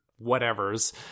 whatevers